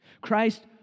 Christ